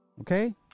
okay